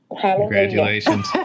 Congratulations